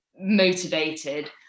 motivated